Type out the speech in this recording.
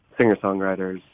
singer-songwriters